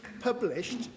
published